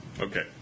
Okay